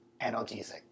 analgesic